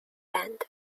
band